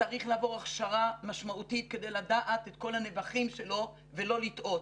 צריך לעבור הכשרה משמעותית כדי לדעת את כל הנבכים שלו ולא לטעות.